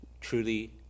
truly